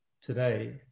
today